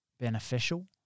beneficial